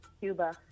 Cuba